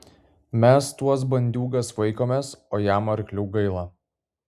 mes tuos bandiūgas vaikomės o jam arklių gaila